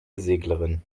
seglerin